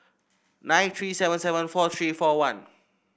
nine three seven seven four three four one